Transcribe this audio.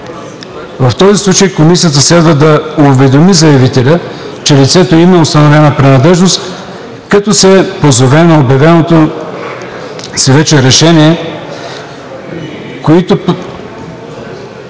В този случай Комисията следва да уведоми заявителя, че лицето има установена принадлежност, като се позове на обявеното си вече решение относно